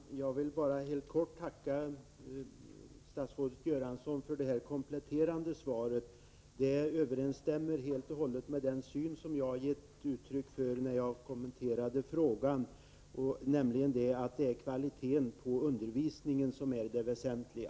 Herr talman! Jag vill bara helt kort tacka statsrådet Göransson för det kompletterande svaret. Detta överensstämmer helt med den syn jag gav uttryck för när jag kommenterade frågesvaret, nämligen att kvaliteten på undervisningen är det väsentliga.